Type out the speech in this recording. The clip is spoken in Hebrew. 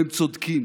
והם צודקים.